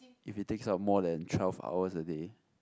if it takes up more than twelve hours a day